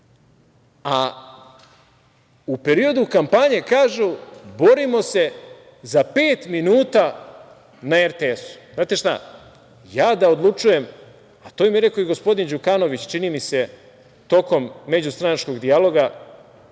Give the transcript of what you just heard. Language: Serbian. a u periodu kampanje kažu – borimo se za pet minuta na RTS.Znate šta, ja da odlučujem, a to im je rekao i gospodin Đukanović, čini mi se, tokom međustranačkog dijaloga